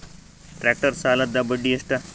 Tractor ಸಾಲದ್ದ ಬಡ್ಡಿ ಎಷ್ಟ?